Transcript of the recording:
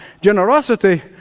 Generosity